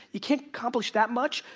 you can't accomplish that much,